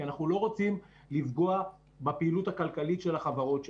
אנחנו לא רוצים לפגוע בפעילות הכלכלית של החברות שלנו.